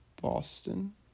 Boston